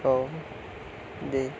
औ दे